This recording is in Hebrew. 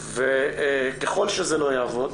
ככל שזה לא יעבוד,